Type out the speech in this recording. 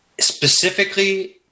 specifically